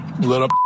Little